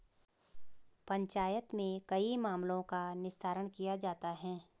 पंचायत में कई मामलों का निस्तारण किया जाता हैं